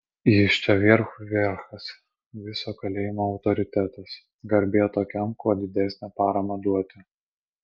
jis čia vierchų vierchas viso kalėjimo autoritetas garbė tokiam kuo didesnę paramą duoti